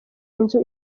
inzu